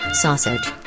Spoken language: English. sausage